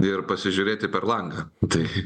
ir pasižiūrėti per langą tai